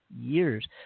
years